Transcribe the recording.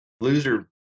loser